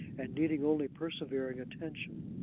and needed only persevering attention.